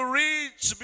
reach